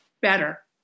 better